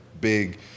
big